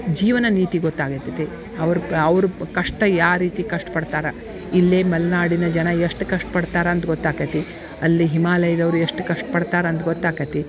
ಜೀವನ ನೀತಿ ಗೊತ್ತಾಗಿರ್ತೈತೆ ಅವ್ರ ಅವ್ರ ಕಷ್ಟ ಯಾ ರೀತಿ ಕಷ್ಟ ಪಡ್ತಾರಾ ಇಲ್ಲೇ ಮಲೆನಾಡಿನ ಜನ ಎಷ್ಟು ಕಷ್ಟ ಪಡ್ತಾರೆ ಅಂತ ಗೊತ್ತಾಕೈತಿ ಅಲ್ಲಿ ಹಿಮಾಲಯ್ದವ್ರು ಎಷ್ಟು ಕಷ್ಟ ಪಡ್ತಾರಂದು ಗೊತ್ತಾಕೈತಿ